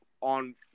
on